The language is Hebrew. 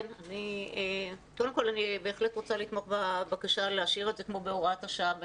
אני רוצה לתמוך בבקשה להשאיר את זה כמו בהוראת השעה,